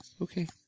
Okay